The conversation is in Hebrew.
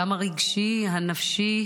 גם הרגשי, גם הנפשי,